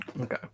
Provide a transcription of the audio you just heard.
Okay